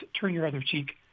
turn-your-other-cheek